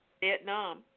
Vietnam